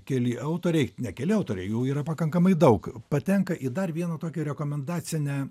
keli autoriai ne keli autoriai jų yra pakankamai daug patenka į dar vieną tokią rekomendacinę